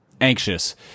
anxious